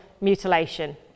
mutilation